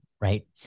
right